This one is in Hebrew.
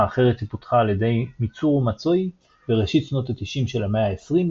אחרת שפותחה על ידי מיצורו מצואי בראשית שנות התשעים של המאה העשרים,